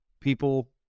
people